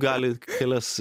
gali kelias